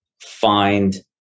find